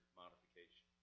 modification